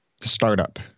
Startup